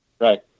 Right